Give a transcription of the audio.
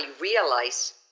realize